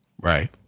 Right